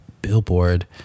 billboard